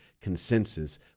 consensus